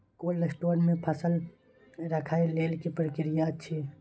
Cold store मे फसल रखय लेल की प्रक्रिया अछि?